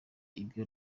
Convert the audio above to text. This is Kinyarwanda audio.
ibyo